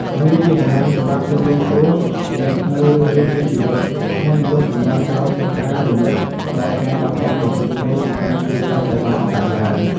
វាជាកន្លែងសម្រាប់ជនរងគ្រោះ អ្នកនៅរស់រានមានជីវិត និងមនុស្សជំនាន់ក្រោយក្នុងការរំលឹកដល់ការបាត់បង់ដ៏ធំធេង និងការឈឺចាប់ដែលបានកើតឡើង។